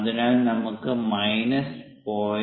അതിനാൽ നമുക്ക് മൈനസ് 0